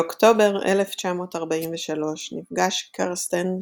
באוקטובר 1943 נפגש קרסטן,